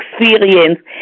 experience